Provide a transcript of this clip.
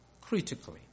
critically